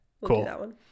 cool